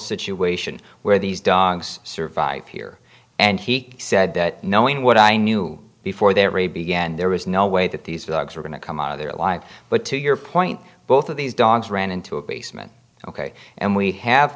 situation where these dogs survived here and he said that knowing what i knew before there really began there was no way that these dogs were going to come out of there alive but to your point both of these dogs ran into a basement ok and we have